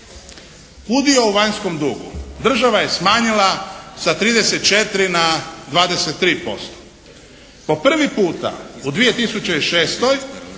Udio u vanjskom dugu država je smanjila sa 34 na 23%. Po prvi puta u 2006.